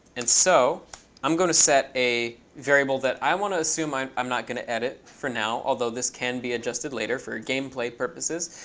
and so i'm going to set a variable that i want to assume i'm i'm not going to edit for now, although this can be adjusted later for gameplay purposes.